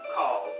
Call